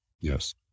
Yes